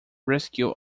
rescue